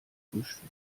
frühstück